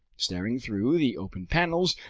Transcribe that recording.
staring through the open panels,